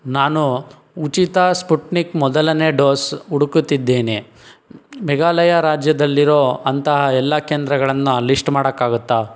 ನಾನು ಉಚಿತ ಸ್ಪುಟ್ನಿಕ್ ಮೊದಲನೇ ಡೋಸ್ ಹುಡುಕುತ್ತಿದ್ದೇನೆ ಮೆಘಾಲಯ ರಾಜ್ಯದಲ್ಲಿರೋ ಅಂತಹ ಎಲ್ಲ ಕೇಂದ್ರಗಳನ್ನು ಲಿಸ್ಟ್ ಮಾಡೋಕ್ಕಾಗುತ್ತ